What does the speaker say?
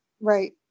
Right